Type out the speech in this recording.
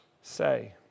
say